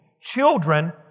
Children